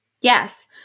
Yes